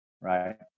right